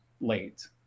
late